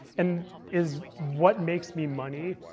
and is, what makes me money?